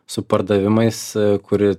su pardavimais kuri